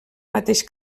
mateix